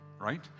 right